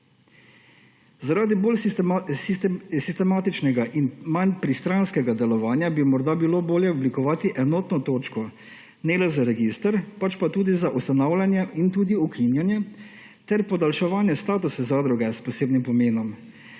Zaradi bolj sistematičnega in manj pristranskega delovanja bi morda bilo bolje oblikovati enotno točko ne le za register, pač pa tudi za ustanavljanje in ukinjanje ter podaljševanje statusa zadruge s posebnim pomenom.